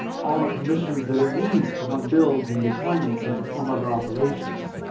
all the permissions that it needs to run builds and deployments and perform other operations?